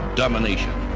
domination